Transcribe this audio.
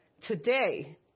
today